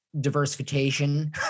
diversification